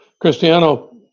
Cristiano